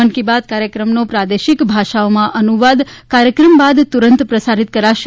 મન કી બાત કાર્યક્રમનો પ્રાદેશિક ભાષાઓમાં અનુવાદ કાર્યક્રમ બાદ તુરંત પ્રસારિત કરાશે